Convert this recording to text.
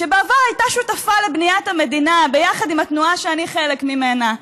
שבעבר הייתה שותפה לבניית המדינה ביחד עם התנועה שאני חלק ממנה,